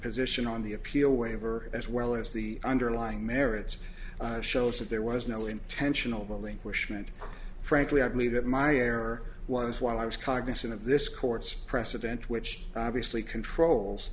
position on the appeal waiver as well as the underlying merits shows that there was no intentional relinquish meant frankly i believe that my error was while i was cognizant of this court's precedents which obviously controls